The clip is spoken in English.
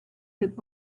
had